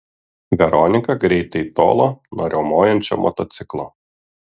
veronika greitai tolo nuo riaumojančio motociklo